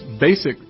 basic